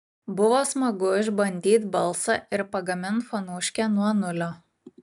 buvo smagu išbandyt balsą ir pagamint fonuškę nuo nulio